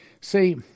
See